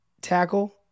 tackle